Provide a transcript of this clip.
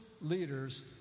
leaders